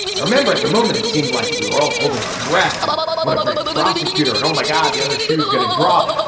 i remember at the moment it seemed like we were all holding our breath. and what a great prosecutor and oh my god. the other shoe is going to drop.